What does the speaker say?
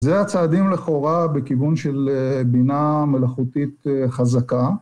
זה הצעדים לכאורה בכיוון של בינה מלאכותית חזקה.